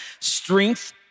strength